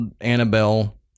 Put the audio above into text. Annabelle